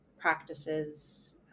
practices